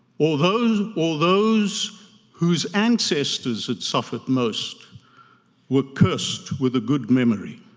or those or those whose ancestors had suffered most were cursed with a good memory.